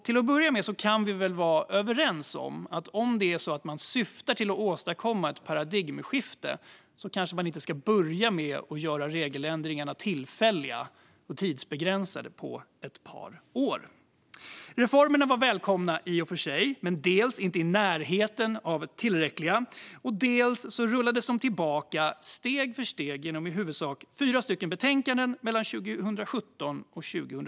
Till att börja med kan vi väl vara överens om att ifall man syftar till att åstadkomma ett paradigmskifte ska man kanske inte börja med att göra regeländringarna tillfälliga och tidsbegränsade i ett par år. Reformerna var i och för sig välkomna. Men de var inte i närheten av tillräckliga. Dessutom rullades de tillbaka steg för steg genom i huvudsak fyra betänkanden mellan 2017 och 2020.